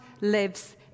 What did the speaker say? lives